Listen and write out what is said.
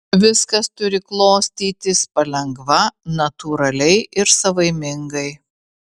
viskas turi klostytis palengva natūraliai ir savaimingai